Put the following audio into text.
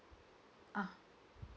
ah